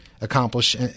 accomplish